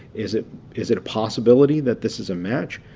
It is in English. is it is it a possibility that this is a match?